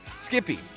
Skippy